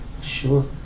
Sure